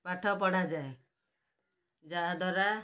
ପାଠ ପଢ଼ାଯାଏ ଯାହାଦ୍ୱାରା